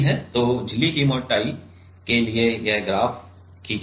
तो झिल्ली की इस मोटाइ के लिए यह ग्राफ खींचा गया है